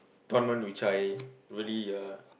tournament which I really uh